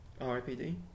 Ripd